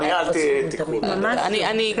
אל תיקחו --- קצת ציניות --- גם